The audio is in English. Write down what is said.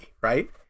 right